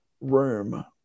room